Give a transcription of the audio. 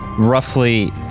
roughly